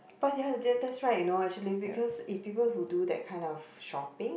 but ya that's that's right you know actually because if people who do that kind of shopping